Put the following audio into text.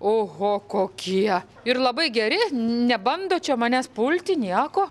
oho kokie ir labai geri nebando čia manęs pulti nieko